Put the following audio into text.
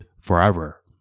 forever